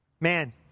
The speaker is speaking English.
man